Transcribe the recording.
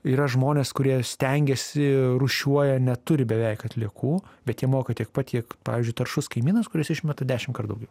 yra žmonės kurie stengiasi rūšiuoja neturi beveik atliekų bet jie moka tiek pat kiek pavyzdžiui taršus kaimynas kuris išmeta dešimtkart daugiau